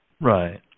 Right